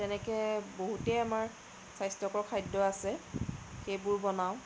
তেনেকে বহুতে আমাৰ স্বাস্থ্যকৰ খাদ্য আছে সেইবোৰ বনাওঁ